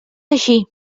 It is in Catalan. així